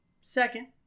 Second